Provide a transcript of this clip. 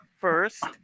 first